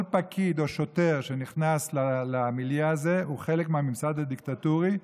כל פקיד או שוטר שנכנס למיליה הזה הוא חלק מהממסד הדיקטטורי,